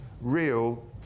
real